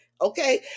okay